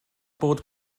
bod